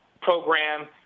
program